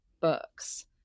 books